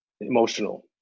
emotional